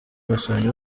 basomyi